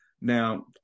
Now